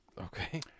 okay